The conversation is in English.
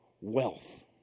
wealth